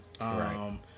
Right